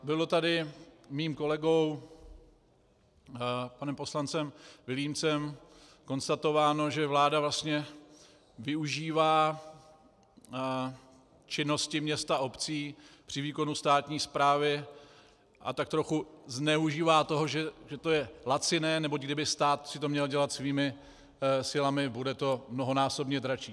Bylo tady mým kolegou, panem poslancem Vilímcem, konstatováno, že vláda vlastně využívá činnosti měst a obcí při výkonu státní správy a tak trochu zneužívá toho, že toto je laciné, neboť kdyby si to stát měl dělat svými silami, bude to mnohonásobně dražší.